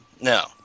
no